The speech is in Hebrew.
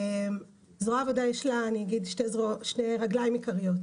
זרוע העבודה יש לה שתי רגליים עיקריות,